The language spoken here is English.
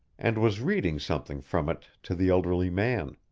and was reading something from it to the elderly man.